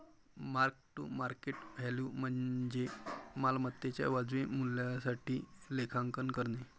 mark to market value म्हणजे मालमत्तेच्या वाजवी मूल्यासाठी लेखांकन करणे